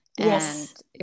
yes